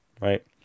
right